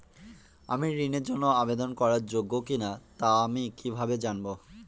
আমি ঋণের জন্য আবেদন করার যোগ্য কিনা তা আমি কীভাবে জানব?